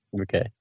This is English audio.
Okay